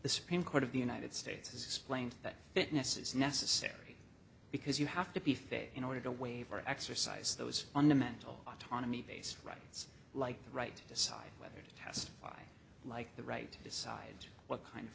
the supreme court of the united states has explained that fitness is necessary because you have to be fair in order to waiver exercise those fundamental autonomy basic rights like the right decide whether to testify like the right to decide what kind of